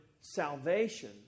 salvation